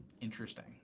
interesting